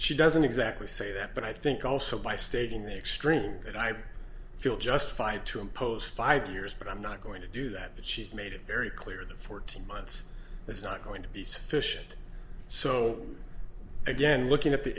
she doesn't exactly say that but i think also by stating the extreme that i feel justified to impose five years but i'm not going to do that she's made it very clear that fourteen months is not going to be sufficient so again looking at the